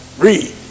Read